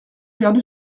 perdu